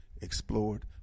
explored